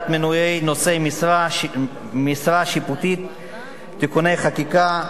המינויים לנושאי משרה שיפוטית (תיקוני חקיקה),